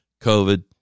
COVID